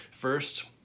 First